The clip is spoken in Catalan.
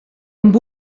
amb